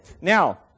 now